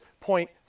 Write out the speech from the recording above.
point